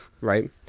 right